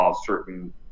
certain